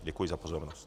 Děkuji za pozornost.